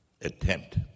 attempt